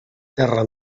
terra